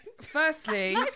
firstly